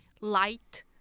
light